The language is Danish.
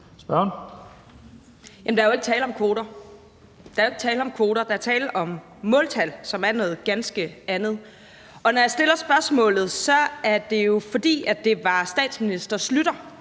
der er jo ikke tale om kvoter. Der er tale om måltal, som er noget ganske andet. Og når jeg stiller spørgsmålet, er det jo, fordi det var statsminister Schlüter,